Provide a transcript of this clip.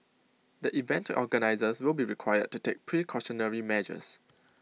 the event organisers will be required to take precautionary measures